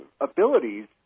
abilities